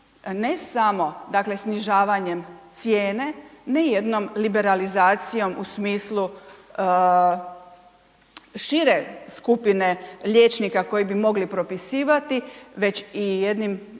dakle, snižavanjem cijene, ne jednom liberalizacijom u smislu šire skupine liječnika koji bi mogli propisivati, već i jednim